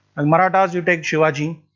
and marathas you take shivaji,